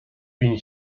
been